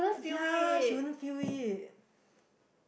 yeah she wouldn't feel it